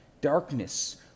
Darkness